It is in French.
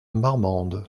marmande